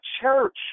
church